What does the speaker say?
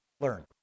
learn